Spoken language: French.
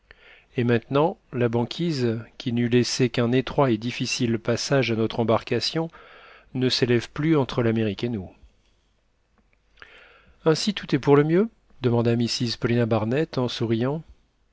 et maintenant la banquise qui n'eût laissé qu'un étroit et difficile passage à notre embarcation ne s'élève plus entre l'amérique et nous ainsi tout est pour le mieux demanda mrs paulina barnett en souriant